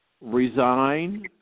resign